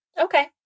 Okay